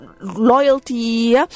loyalty